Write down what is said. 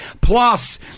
Plus